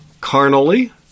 carnally